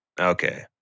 Okay